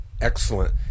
Excellent